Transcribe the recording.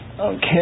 Okay